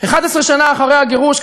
11 שנה אחרי הגירוש,